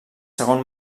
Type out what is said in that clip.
segon